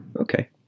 Okay